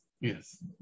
yes